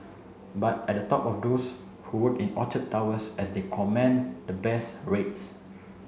but at the top are those who work in Orchard Towers as they comment the best rates